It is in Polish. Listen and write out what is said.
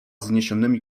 wzniesionymi